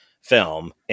film